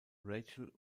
rachel